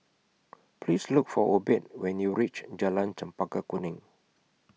Please Look For Obed when YOU REACH Jalan Chempaka Kuning